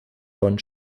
von